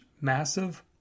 massive